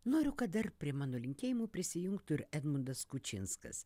noriu kad dar prie mano linkėjimų prisijungtų ir edmundas kučinskas